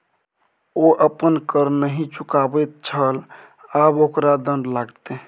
ओ अपन कर नहि चुकाबैत छल आब ओकरा दण्ड लागतै